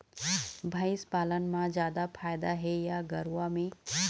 भंइस पालन म जादा फायदा हे या गरवा में?